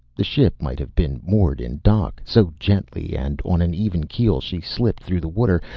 the ship might have been moored in dock, so gently and on an even keel she slipped through the water,